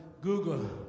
Google